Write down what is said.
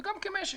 וגם כמשק.